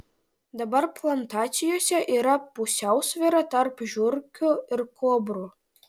dabar plantacijose yra pusiausvyra tarp žiurkių ir kobrų